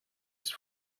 ist